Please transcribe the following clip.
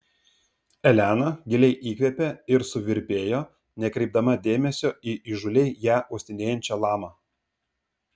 elena giliai įkvėpė ir suvirpėjo nekreipdama dėmesio į įžūliai ją uostinėjančią lamą